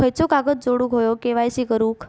खयचो कागद जोडुक होयो के.वाय.सी करूक?